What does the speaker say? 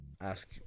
ask